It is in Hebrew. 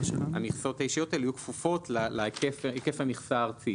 המכסות האישיות האלה יהיו כפופות להיקף המכסה הארצית.